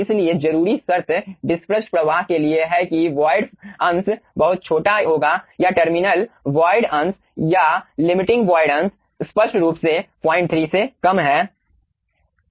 इसलिए जरूरी शर्त डिसप्रसड प्रवाह के लिए है कि वोयड अंश बहुत छोटा होगा या टर्मिनल वोयड अंश या लिमिटिंग वोयड अंश स्पष्ट रूप से 03 से कम है